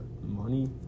Money